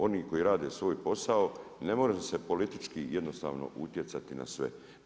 Oni koji rade svoj posao ne može se politički jednostavno utjecati na sve.